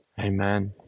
Amen